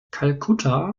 kalkutta